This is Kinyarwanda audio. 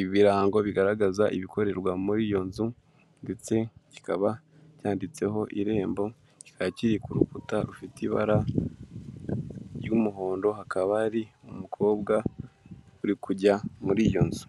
ibirango bigaragaza ibikorerwa muri iyo nzu ndetse kikaba cyanditseho irembo, kikaba kiri ku rukuta rufite ibara ry'umuhondo, hakaba hari umukobwa uri kujya muri iyo nzu.